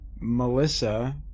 Melissa